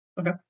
Okay